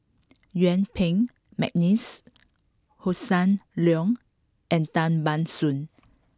Yuen Peng McNeice Hossan Leong and Tan Ban Soon